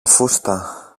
φούστα